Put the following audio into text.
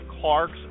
Clarks